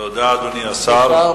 תודה, אדוני השר.